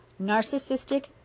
narcissistic